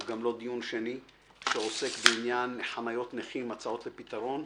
הוא גם לא דיון שני שעוסק בעניין חניות נכים הצעות לפתרון.